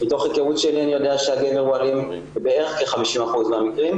מתוך היכרות שלי אני יודע שהגבר הוא אלים בערך בכ-50% מהמקרים,